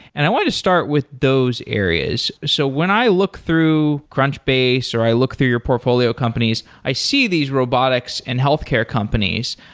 and healthcare. i wanted to start with those areas. so when i look through crunchbase or i look through your portfolio companies, i see these robotics and healthcare companies,